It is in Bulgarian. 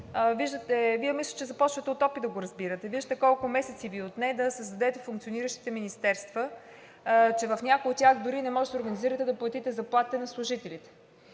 Вие мисля, че започвате от опит да го разбирате. Вижте колко месеца Ви отне да създадете функциониращи министерства, че в някои от тях дори не може да се организирате да платите заплатите на назначени